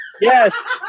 Yes